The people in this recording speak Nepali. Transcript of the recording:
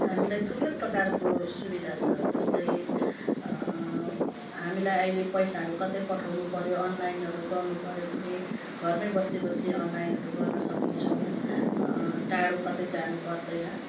हामीलाई थुप्रै प्रकारको सुविधा छ जस्तै हामीलाई अहिले पैसाहरू कतै पठाउनुपर्यो अनलाइनहरू गर्नुपर्यो भने घरमै बसीबसी अनलाइनहरू गर्नसक्नेछौँ टाढो कतै जानुपर्दैन